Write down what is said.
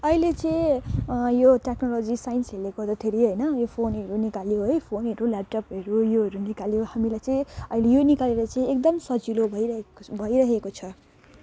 अहिले चाहिँ यो टेक्नोलोजी साइन्सहरूले गर्दाखेरि होइन यो फोनहरू निकाल्यो है फोनहरू ल्यापटपहरू योहरू निकाल्यो हामीलाई चाहिँ अहिले यो निकालेर चाहिँ सजिलो भइरहेको भइरहेको छ